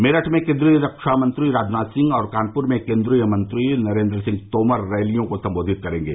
मेरठ में केन्द्रीय रक्षा मंत्री राजनाथ सिंह और कानपुर में केन्द्रीय मंत्री नरेन्द्र सिंह तोमर रैलियों को संबोधित करेंगे